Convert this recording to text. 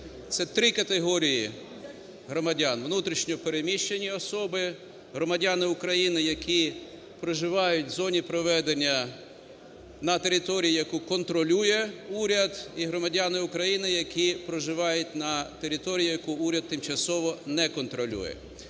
Це три категорії громадян: внутрішньо переміщені особи; громадяни України, які проживають в зоні проведення… на території, яку контролює уряд; і громадяни України, які проживають на території, яку уряд тимчасово не контролює.